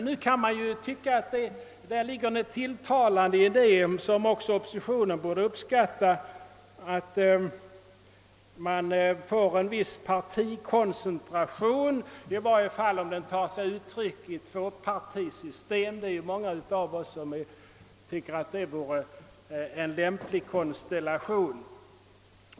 Nu kan man tycka att det ligger något tilltalande i idén — en idé som även oppositionen borde uppskatta — att man får en viss partikoncentration, i varje fall om denna tar sig uttryck i ett två partisystem; det är många av oss som tycker att detta vore en lämplig konstellation.